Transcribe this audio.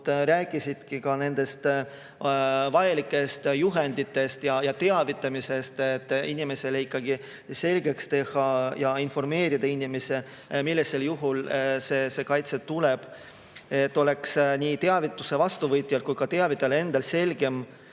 rääkisidki vajalikest juhenditest ja teavitamisest, et inimestele ikkagi selgeks teha, neid informeerida, millisel juhul see kaitse tuleb. Et oleks nii teavituse vastuvõtjal kui teavitajal endal selgem,